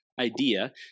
idea